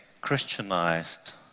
Christianized